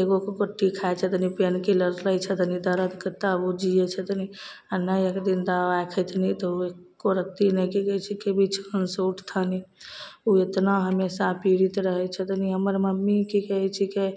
एगोके गोटी खाइत छथिन पेन किलर लै छथिन दर्दके तब ओ जिए छथिन आ नहि एक दिन दबाइ खयथिन तऽ ओ एको रत्ती की कहैत छै कि बिछाओन से उठथिन ओ इतना हमेशा पीड़ित रहैत छथिन हमर मम्मी की कहैत छिकै